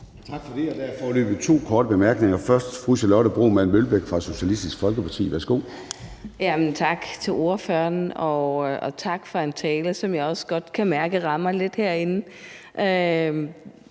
Tak for det. Der er foreløbig to korte bemærkninger. Først er det fru Charlotte Broman Mølbæk fra Socialistisk Folkeparti. Værsgo. Kl. 11:22 Charlotte Broman Mølbæk (SF): Tak til ordføreren, og tak for en tale, som jeg også godt kan mærke rammer lidt herinde.